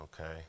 okay